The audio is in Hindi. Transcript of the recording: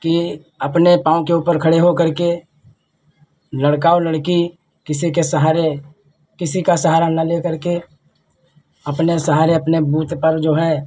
कि अपने पाँव के ऊपर खड़े हो करके लड़का और लड़की किसी के सहारे किसी का सहारा न ले करके अपने सहारे अपने बूते पर जो है